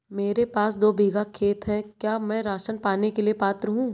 मेरे पास दो बीघा खेत है क्या मैं राशन पाने के लिए पात्र हूँ?